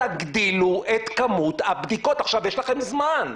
תגדילו את כמות הבדיקות, יש לכם זמן,